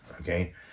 okay